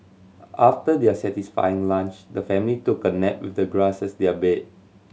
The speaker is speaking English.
after their satisfying lunch the family took a nap with the grass as their bed